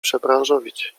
przebranżowić